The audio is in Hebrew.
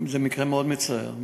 זה מקרה מאוד מצער,